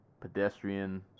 Pedestrian